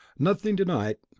nothing to-night.